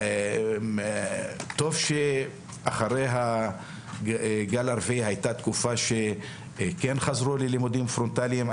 וטוב שאחרי הגל הרביעי הייתה תקופה שכן חזרו ללימודים פרונטליים.